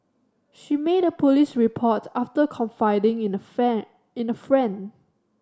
she made a police report after confiding in a fan in a friend